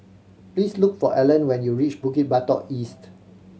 please look for Allan when you reach Bukit Batok East